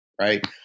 Right